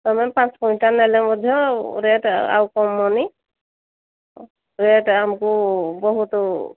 ତୁମେ ପାଞ୍ଚ କୁଇଣ୍ଟାଲ୍ ନେଲେ ମଧ୍ୟ ରେଟ୍ ଆଉ କମିବନି ରେଟ୍ ଆମକୁ ବହୁତ